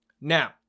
Now